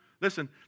listen